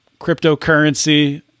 Cryptocurrency